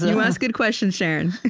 you ask good questions, sharon.